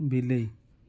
ବିଲେଇ